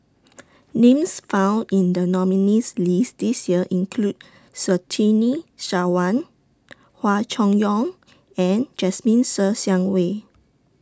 Names found in The nominees' list This Year include Surtini Sarwan Hua Chai Yong and Jasmine Ser Xiang Wei